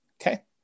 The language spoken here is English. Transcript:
Okay